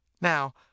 Now